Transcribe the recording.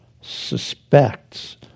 suspects